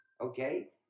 okay